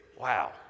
wow